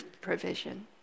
provision